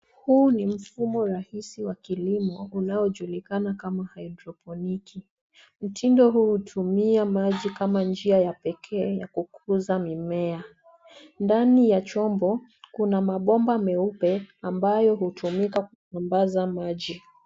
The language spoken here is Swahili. Huu ni mfumo rahisi wa kilimo unaojulikana kama [hydroponiki]. Mtindo huu hutumia maji kama njia ya peke ya kukuza mimea. Dani ya chombo, kuna mabomba meupe ambayo hutumika kusambaza ya maji.